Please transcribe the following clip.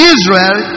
Israel